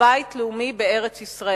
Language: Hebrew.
לבית לאומי בארץ-ישראל.